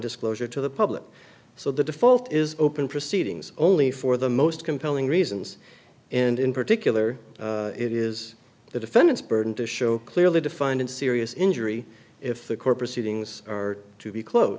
disclosure to the public so the default is open proceedings only for the most compelling reasons and in particular it is the defendant's burden to show clearly defined and serious injury if the court proceedings are to be close